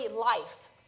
life